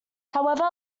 however